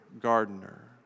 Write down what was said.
gardener